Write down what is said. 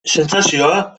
sentsazioa